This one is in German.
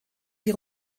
die